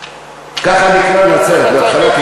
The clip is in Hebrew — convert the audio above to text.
ככה נקראה נצרת בהתחלה,